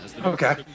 Okay